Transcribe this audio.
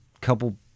couple